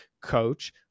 coach